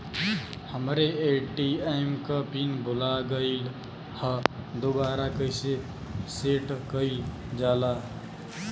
हमरे ए.टी.एम क पिन भूला गईलह दुबारा कईसे सेट कइलजाला?